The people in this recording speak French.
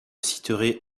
citerai